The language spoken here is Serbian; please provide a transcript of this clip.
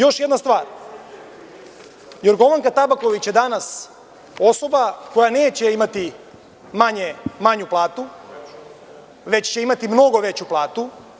Još jedna stvar, Jorgovanka Tabaković je danas osoba koja neće imati manju platu, već će imati mnogo veću platu.